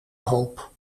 hoop